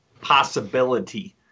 possibility